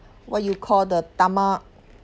what you call the tama~